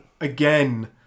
again